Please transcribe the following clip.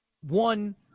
one